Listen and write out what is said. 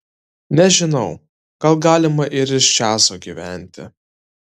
nežinau gal galima ir iš džiazo gyventi